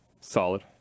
Solid